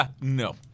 No